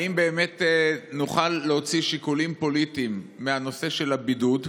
האם באמת נוכל להוציא שיקולים פוליטיים מהנושא של הבידוד,